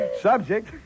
Subject